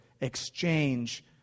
exchange